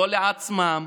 לא לעצמם,